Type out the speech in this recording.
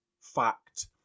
Fact